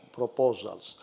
proposals